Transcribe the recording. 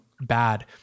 bad